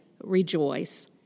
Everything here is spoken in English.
rejoice